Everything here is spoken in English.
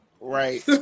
Right